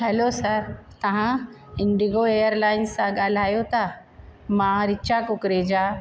hello sir तव्हां Indigo airlines सां ॻाल्हायो था मां रिचा कुकरेजा